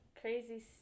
Crazy